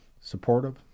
supportive